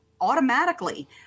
automatically